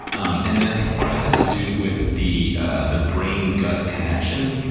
um and then i think part of it has to do with the ah the brain-gut connection.